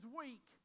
weak